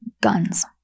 Guns